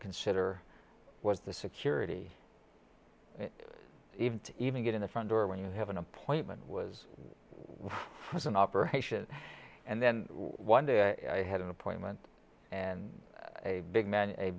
consider was the security even to even get in the front door when you have an appointment was when i was in operation and then one day i had an appointment and a big